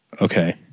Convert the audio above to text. Okay